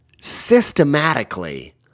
systematically